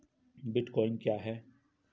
Bitcoin क्या है?